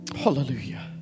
Hallelujah